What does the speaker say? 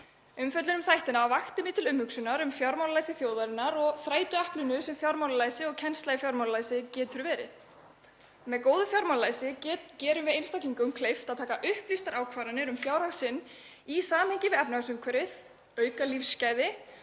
Umfjöllun um þættina vakti mig til umhugsunar um fjármálalæsi þjóðarinnar og það þrætuepli sem fjármálalæsi og kennsla í fjármálalæsi getur verið. Með góðu fjármálalæsi gerum við einstaklingum kleift að taka upplýstar ákvarðanir um fjárhag sinn í samhengi við efnahagsumhverfið, auka lífsgæði